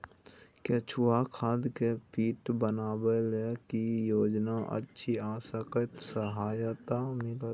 केचुआ खाद के पीट बनाबै लेल की योजना अछि आ कतेक सहायता मिलत?